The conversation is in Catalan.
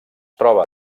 troba